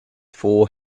four